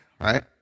right